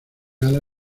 ala